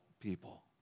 people